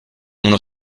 uno